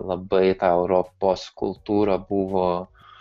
labai ta europos kultūra buvo